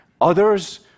Others